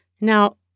now